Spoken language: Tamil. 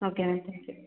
ஓகேம்மா தேங்க் யூ